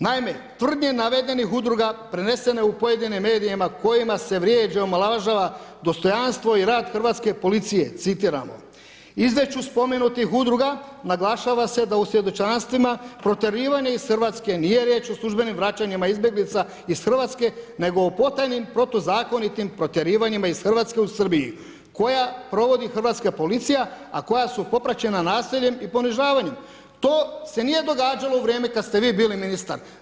Naime tvrdnje navedenih udruga prenesene u pojedinim medijima kojima se vrijeđa i omalovažava dostojanstvo i rad hrvatske policije, citiramo: „… spomenutih udruga naglašava se da u svjedočanstvima protjerivanje iz Hrvatske nije riječ o službenim vraćanjima izbjeglica iz Hrvatske, nego o potajnim protuzakonitim protjerivanjima iz Hrvatske u Srbiju koja provodi hrvatska policija, a koja su popraćena nasiljem i ponižavanjem.“ To se nije događalo u vrijeme kada ste vi bili ministar.